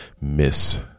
miss